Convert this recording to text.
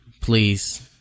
please